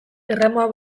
erramua